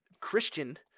Christian